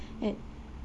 eh